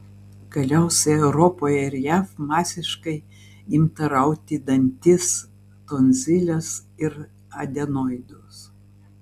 galiausiai europoje ir jav masiškai imta rauti dantis tonziles ir adenoidus